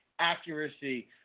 accuracy